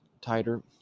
tighter